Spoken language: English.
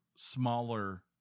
smaller